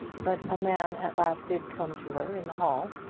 but a man at last did come to her in the hall,